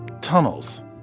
tunnels